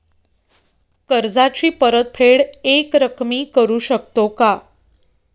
कर्जाची परतफेड एकरकमी करू शकतो का?